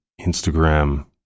Instagram